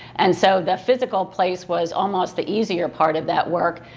and so the physical place was almost the easier part of that work,